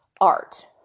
art